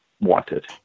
wanted